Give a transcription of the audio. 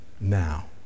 now